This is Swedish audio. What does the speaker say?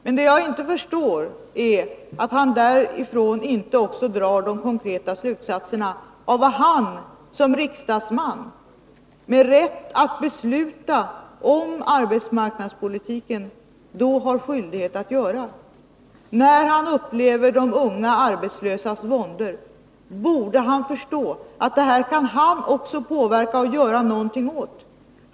Men det som jag inte förstår är att han inte drar de konkreta slutsatserna av vad han som riksdagsman, med rätt att besluta om arbetsmarknadspolitiken, har skyldighet att göra. När han upplever de unga arbetslösas våndor, borde han förstå att även han kan påverka situationen.